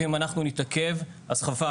ואם אנחנו נתעכב, אז חבל.